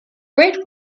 great